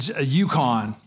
Yukon